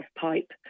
pipe